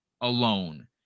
alone